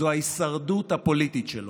זו ההישרדות הפוליטית שלו.